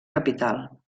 capital